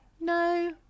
No